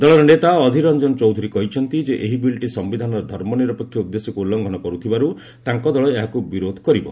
ଦଳର ନେତା ଅଧିର ରଂଜନ ଚୌଧୁରୀ କହିଛନ୍ତି ଯେ ଏହି ବିଲ୍ଟି ସମ୍ଭିଧାନର ଧର୍ମନିରପେକ୍ଷ ଉଦ୍ଦେଶ୍ୟକୁ ଉଲ୍ଲ୍ଂଘନ କରୁଥିବାରୁ ତାଙ୍କ ଦଳ ଏହାକୁ ବିରୋଧ କରିବ